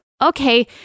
okay